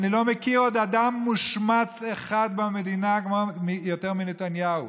אני לא מכיר עוד אדם אחד שמושמץ במדינה יותר מנתניהו.